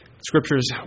Scriptures